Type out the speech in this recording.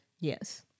Yes